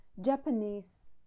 japanese